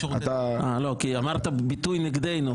לא, כי אמרת את הביטוי נגדנו.